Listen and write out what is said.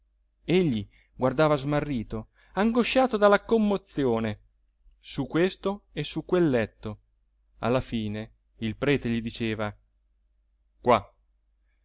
egli guardava smarrito angosciato dalla commozione su questo e su quel letto alla fine il prete gli diceva qua